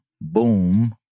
boom